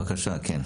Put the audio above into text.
בבקשה, כן.